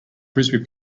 frisbee